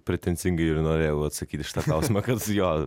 pretenzingai ir norėjau atsakyti į šitą klausimą kad jo